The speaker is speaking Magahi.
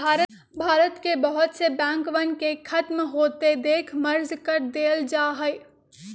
भारत के बहुत से बैंकवन के खत्म होते देख मर्ज कर देयल जाहई